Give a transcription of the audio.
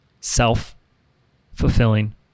Self-fulfilling